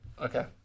Okay